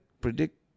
predict